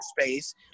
space